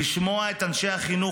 לשמוע את אנשי החינוך,